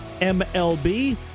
MLB